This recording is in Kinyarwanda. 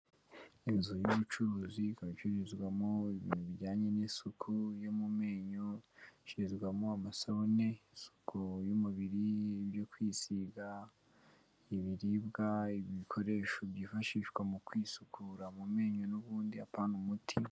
Inzu y'ubucuruzi ikaba icururizwamo ibintu bijyanye n'isuku yo mu menyo, icururizwamo amasabune y'isuku y'umubiri, yo kwisiga, ibiribwa ibikoresho byifashishwa mu kwisukura mu menyo n'ubundi, apana umuti.